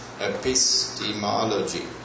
epistemology